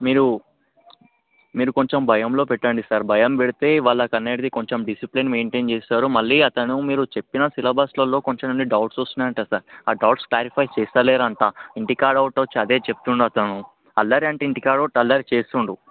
మీరు మీరు కొంచెం భయంలో పెట్టండి సార్ భయం పెడితే వాళ్ళకు అనేది కొంచెం డిసిప్లేన్ మెయింటెన్ చేస్తారు మళ్ళీ అతను మీరు చెప్పిన సిలబస్లలో కొంచెం అన్ని డౌట్స్ వస్తున్నాయి అంట సార్ ఆ డౌట్స్ క్లారిఫై చేస్తలేరు అంట ఇంటికాడ ఒకటే అదే చెప్తుండు అతను అల్లరి అంటే ఇంటికాడ కూడా అల్లరి చేస్తుండు